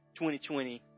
2020